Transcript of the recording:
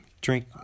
Drink